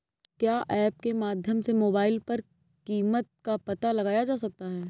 क्या ऐप के माध्यम से मोबाइल पर कीमत का पता लगाया जा सकता है?